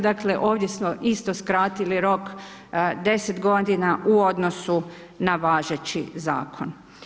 Dakle ovdje smo isto skratili rok 10 godina u odnosu na važeći zakon.